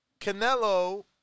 Canelo